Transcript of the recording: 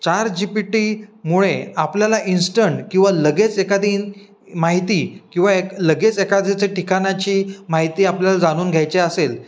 चार G P टीमुळे आपल्याला इंस्टंट किंवा लगेच एखादी माहिती किंवा एक लगेच एखादीच्या ठिकाणाची माहिती आपल्याला जाणून घ्यायची असेल